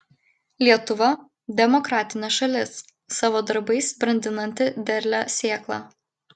lietuva demokratinė šalis savo darbais brandinanti derlią sėklą